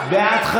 בעד,